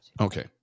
Okay